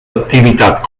activitat